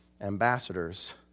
ambassadors